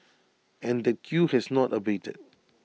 and that queue has not abated